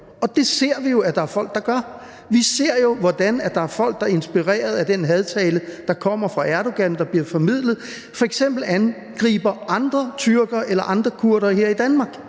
Og det ser vi jo at der er folk der gør. Vi ser jo, hvordan der er folk, der inspireret af den hadtale, der kommer og er formidlet fra Erdogan, f.eks. angriber andre tyrkere eller andre kurdere her i Danmark.